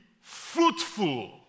fruitful